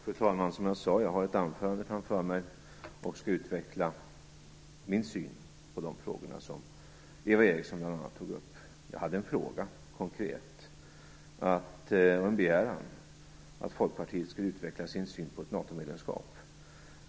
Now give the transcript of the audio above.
Fru talman! Som jag sade har jag ett anförande framför mig, och i det skall jag utveckla min syn på de frågor som Eva Eriksson bl.a. tog upp. Jag hade en konkret fråga, en begäran om att Folkpartiet skall utveckla sin syn på ett NATO medlemskap.